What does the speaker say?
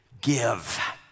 Give